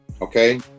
Okay